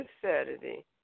Saturday